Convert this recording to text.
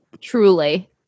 Truly